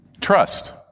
Trust